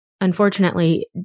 Unfortunately